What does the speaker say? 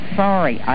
sorry